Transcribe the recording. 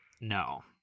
No